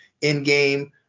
in-game